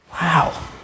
Wow